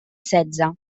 setze